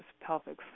pelvic